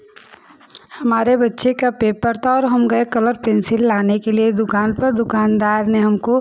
हमारे बच्चे का पेपर था और हम गए कलर पेंसिल लाने के लिए दुकान पर दुकानदार ने हमको